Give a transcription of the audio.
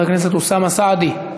חבר הכנסת אוסאמה סעדי,